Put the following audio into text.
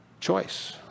Choice